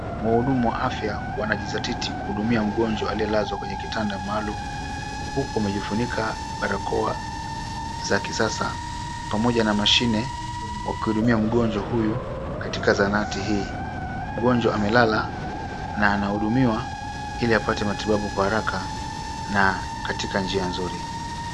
Wahudumu wa afya wanajizatiti kuhudumia mgonjwa aliyelazwa kwenye kitanda maalum huku wamejifunika barakoa za kisasa pamoja na mashine wakihudumia mgonjwa huyu katika zahanati hii. Mgonjwa amelala na anahudumiwa ili apate matibabu kwa haraka na katika njia nzuri.